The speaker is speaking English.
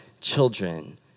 children